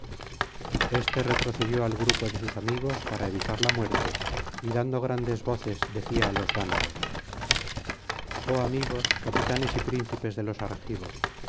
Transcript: este retrocedió al grupo de sus amigos para evitar la muerte y dando grandes voces decía á los danaos oh amigos capitanes y príncipes de los argivos